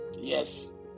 Yes